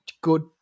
good